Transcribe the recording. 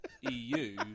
EU